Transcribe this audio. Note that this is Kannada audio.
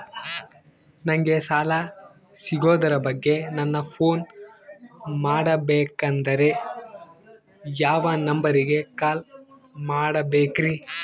ನಂಗೆ ಸಾಲ ಸಿಗೋದರ ಬಗ್ಗೆ ನನ್ನ ಪೋನ್ ಮಾಡಬೇಕಂದರೆ ಯಾವ ನಂಬರಿಗೆ ಕಾಲ್ ಮಾಡಬೇಕ್ರಿ?